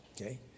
Okay